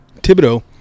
Thibodeau